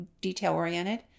detail-oriented